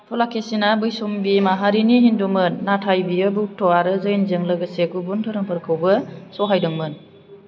पुलाकेशिना बैशनबि माहारिनि हिन्दुमोन नाथाय बियो बौद्ध आरो जैनजों लोगोसे गुबुन धोरोमफोरखौबो सहायदोंमोन